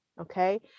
okay